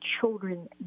children